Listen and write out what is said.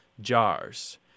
jars